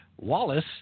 Wallace